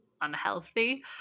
unhealthy